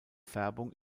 färbung